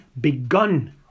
begun